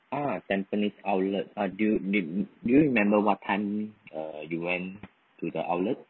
ah tampines outlet uh do you do you remember what time uh you went to the outlet